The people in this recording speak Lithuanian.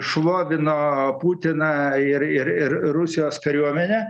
šlovino putiną ir ir ir rusijos kariuomenę